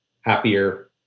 happier